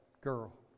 girl